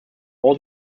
all